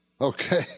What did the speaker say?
okay